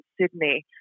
Sydney